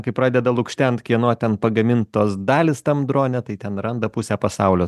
kai pradeda lukštent kieno ten pagamintos dalys tam drone tai ten randa pusę pasaulio